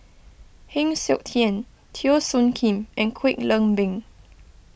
Heng Siok Tian Teo Soon Kim and Kwek Leng Beng